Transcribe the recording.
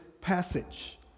passage